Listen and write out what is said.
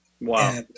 Wow